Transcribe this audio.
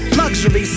luxury